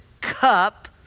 cup